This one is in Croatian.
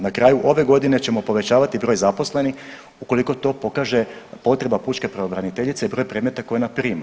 Na kraju ove godine ćemo povećavati broj zaposlenih ukoliko to pokaže potreba pučke pravobraniteljice i broj predmeta koje ona prima.